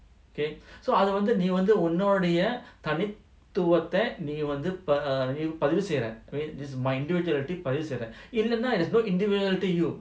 okay so அதுவந்துநீவந்துஉன்னுடையதனித்துவத்தநீவந்துநீபதிவுசெய்ற:adhu vandhu nee vandhu unnudaya thanithuvatha nee vandhu pathivu seira I mean this is பதிவுசெய்றஎன்னனா:pathivu seira ennana there's no individuality you